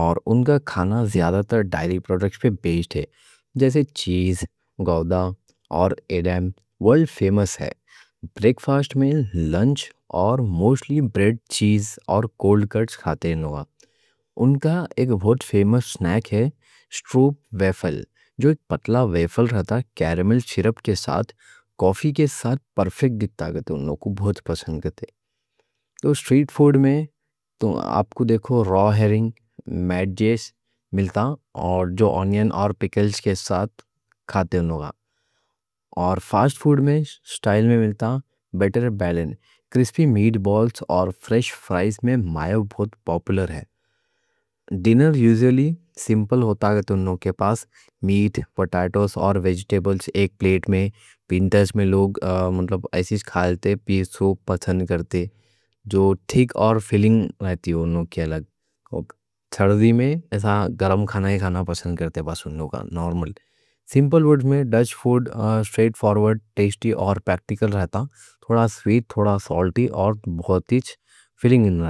اور ان کا کھانا زیادہ تر ڈیری پروڈکٹس پہ بیسڈ رہتا۔ جیسے چیز، گاؤڈا اور ایڈم ورلڈ فیمس ہے۔ بریکفاسٹ، لنچ اور موسٹلی بریڈ، چیز اور کولڈ کٹس کھاتے۔ ان کا ایک بہت فیمس سنیک ہے سٹروپ وافل، جو ایک پتلا وافل رہتا، کیریمل شربت کے ساتھ۔ کافی کے ساتھ پرفیکٹ گتے، ان لوگوں کو بہت پسند گتے۔ اسٹریٹ فوڈ میں تو آپ کو دیکھو را ہیرنگ۔ میٹ جیسے ملتا ہے، اور جو آنین اور پکلز کے ساتھ کھاتے ان لوگا۔ اور فاسٹ فوڈ میں اسٹائل میں ملتا بٹر بالن، کرسپی میٹ بالز، اور فریش فرائز میں مایو بہت پاپولر ہے۔ ڈنر یوزولی سمپل رہتا، ان لوگ کے پاس میٹ، پوٹیٹوز اور ویجیٹیبلز ایک پلیٹ میں۔ ونٹرز میں لوگ ایسی کھا لیتے، پی سوپ پسند کرتے، جو تھِک اور فلِنگ رہتی۔ ان لوگ کے الگ سردی میں ایسا گرم کھانا ہی کھانا پسند کرتے۔ بس ان لوگا سمپل ورڈ میں، ڈچ فوڈ سٹریٹ فارورڈ، ٹیسٹی اور پریکٹیکل رہتا، تھوڑا سویٹ، تھوڑا سالٹی، اور بہت ہی فلنگ۔